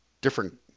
different